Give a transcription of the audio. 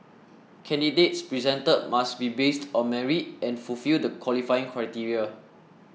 candidates presented must be based on merit and fulfil the qualifying criteria